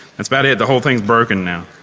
that's about it. the whole thing is broken now.